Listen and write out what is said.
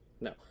No